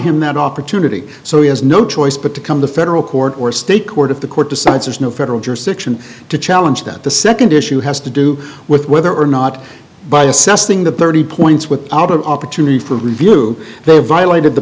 him that opportunity so he has no choice but to come to federal court or state court if the court decides there's no federal jurisdiction to challenge that the second issue has to do with whether or not by assessing the thirty points with out of opportunity for review they violated the